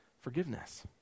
forgiveness